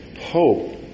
hope